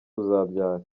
bazabyara